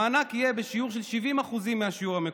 המענק יהיה בשיעור של 70% מהשיעור המקורי.